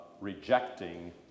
rejecting